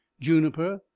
juniper